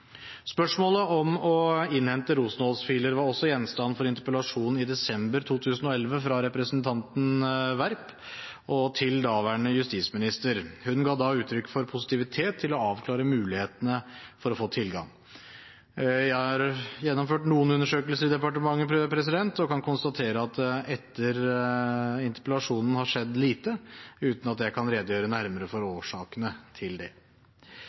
Spørsmålet om å innhente Rosenholz-filer var også gjenstand for en interpellasjon i desember 2011 fra representanten Werp til daværende justisminister. Hun ga da uttrykk for positivitet til å avklare mulighetene for å få tilgang. Jeg har gjennomført noen undersøkelser i departementet og kan konstatere at det har skjedd lite etter den interpellasjonen, uten at jeg kan redegjøre nærmere for årsaken til det.